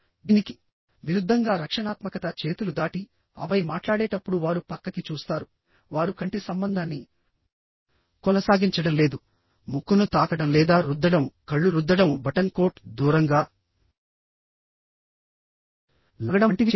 దీనికి విరుద్ధంగా రక్షణాత్మకత చేతులు దాటి ఆపై మాట్లాడేటప్పుడు వారు పక్కకి చూస్తారు వారు కంటి సంబంధాన్ని కొనసాగించడం లేదు ముక్కును తాకడం లేదా రుద్దడంకళ్ళు రుద్దడం బటన్ కోట్ దూరంగా లాగడం వంటివి చేయరు